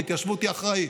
ההתיישבות היא אחראית.